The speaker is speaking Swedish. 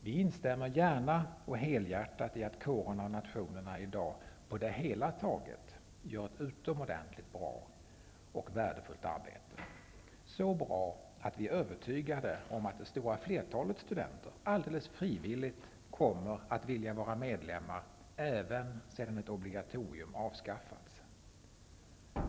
Vi instämmer gärna och helhjärtat i att kårerna och nationerna i dag på det hela taget gör ett utomordentligt bra och värdefullt arbete -- så bra att vi är övertygade om att det stora flertalet studenter alldeles frivilligt kommer att vilja vara medlemmar även sedan ett obligatorium avskaffats.